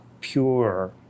pure